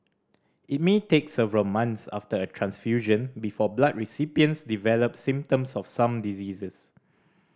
it may take several months after a transfusion before blood recipients develop symptoms of some diseases